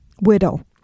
widow